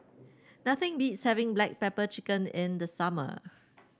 nothing beats having Black Pepper Chicken in the summer